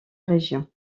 région